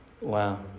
Wow